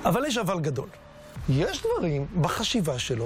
בעד, חמישה,